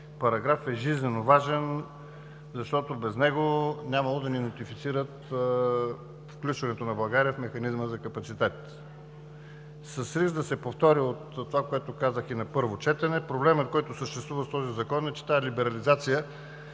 параграф е жизнено важен, защото без него нямало да ни нотифицират включването на България в механизма за капацитет. С риск да се повторя от това, което казах и на първо четене, проблемът, който съществува с този закон, е, че тази либерализация